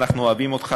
אנחנו אוהבים אותך,